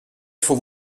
faut